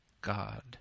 God